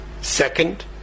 Second